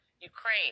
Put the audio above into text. Ukraine